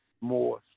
more